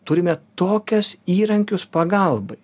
turime tokias įrankius pagalbai